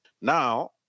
Now